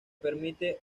permite